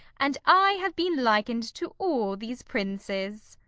and i have been liken'd to all these princes.